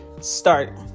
start